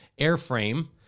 Airframe